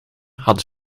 hadden